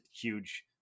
huge